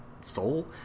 soul